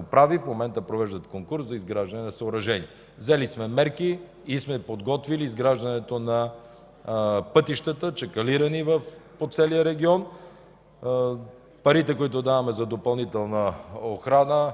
управи в момента провеждат конкурс за изграждане на съоръжението. Взели сме мерки и сме подготвили изграждането на пътищата, чакълирани по целия регион. Парите, които даваме за допълнителна охрана,